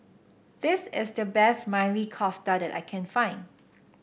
this is the best Maili Kofta that I can find